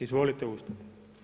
Izvolite ustati.